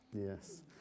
yes